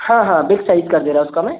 हाँ हाँ best size का दे रहा हूँ उसका मैं